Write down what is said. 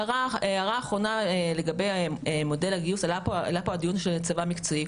הערה אחרונה לגבי מודל הגיוס עלה פה הדיון לגבי צבא מקצועי.